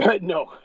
No